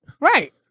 Right